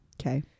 Okay